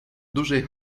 dużej